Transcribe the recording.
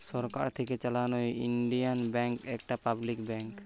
সরকার থিকে চালানো Indian bank একটা পাবলিক ব্যাঙ্ক